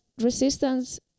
resistance